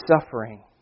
suffering